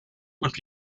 und